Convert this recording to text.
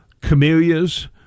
camellias